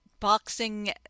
Boxing